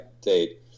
date